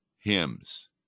hymns